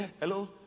hello